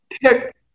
pick